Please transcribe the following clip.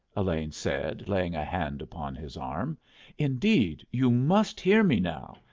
elaine said, laying a hand upon his arm indeed, you must hear me now,